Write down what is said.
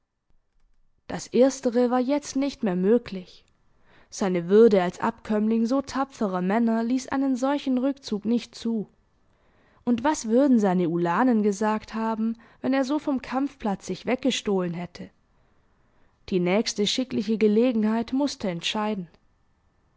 das erstere war jetzt nicht mehr möglich seine würde als abkömmling so tapferer männer ließ einen solchen rückzug nicht zu und was würden seine ulanen gesagt haben wenn er so vom kampfplatz sich weggestohlen hätte die nächste schickliche gelegenheit mußte entscheiden